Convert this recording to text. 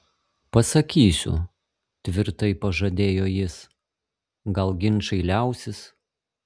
pasakysiu tvirtai pažadėjo jis gal ginčai liausis